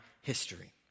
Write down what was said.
history